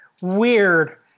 weird